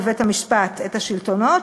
בבית-המשפט את השלטונות,